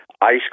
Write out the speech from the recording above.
ice